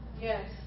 yes